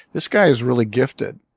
this guy is really gifted.